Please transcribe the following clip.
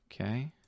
Okay